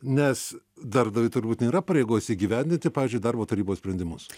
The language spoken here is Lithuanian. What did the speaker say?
nes darbdaviui turbūt nėra pareigos įgyvendinti pavyzdžiui darbo tarybos sprendimus